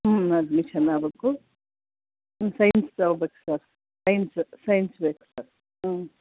ಹ್ಞೂ ಅಡ್ಮಿಶನ್ ಆಗಬೇಕು ಹ್ಞೂ ಸೈನ್ಸ್ ತಗೋಬೇಕು ಸರ್ ಸೈನ್ಸ್ ಸೈನ್ಸ್ ಬೇಕು ಸರ್ ಹ್ಞೂ